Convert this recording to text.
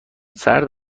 سرد